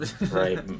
Right